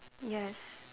yes